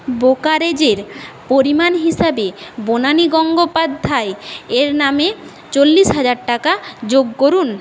ব্রোকারেজের পরিমাণ হিসাবে বনানি গঙ্গোপাধ্যায় এর নামে চল্লিশ হাজার টাকা যোগ করুন